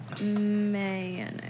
mayonnaise